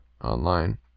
online